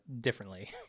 differently